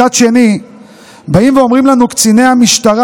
מצד שני באים ואומרים לנו קציני המשטרה,